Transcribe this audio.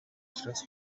учраас